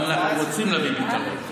ואנחנו רוצים להביא את הפתרון.